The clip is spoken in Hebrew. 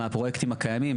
מהפרויקטים הקיימים,